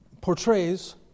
portrays